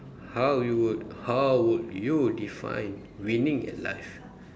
how you would how would you define winning at life